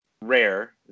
rare